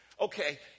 Okay